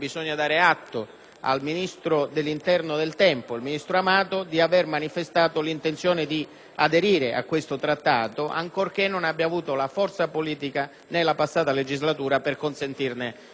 al Ministro dell'interno del tempo, Amato, di aver manifestato l'intenzione di aderire a questo trattato, ancorché non abbia avuto la forza politica nella passata legislatura per consentirne la ratifica.